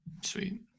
Sweet